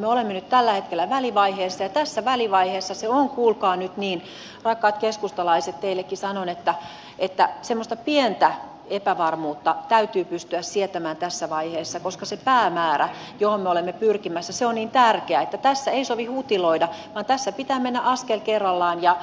me olemme nyt tällä hetkellä välivaiheessa ja tässä välivaiheessa se on kuulkaa nyt niin rakkaat keskustalaiset teillekin sanon että semmoista pientä epävarmuutta täytyy pystyä sietämään tässä vaiheessa koska se päämäärä johon me olemme pyrkimässä on niin tärkeä että tässä ei sovi hutiloida vaan tässä pitää mennä askel kerrallaan ja